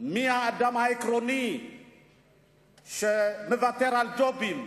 מי האדם עם העקרונות שמוותר על ג'ובים.